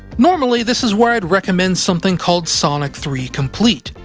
normally, this is where i'd recommend something called sonic three complete,